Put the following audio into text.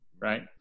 right